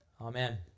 Amen